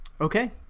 Okay